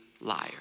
liar